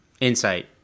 insight